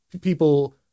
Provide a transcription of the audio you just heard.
people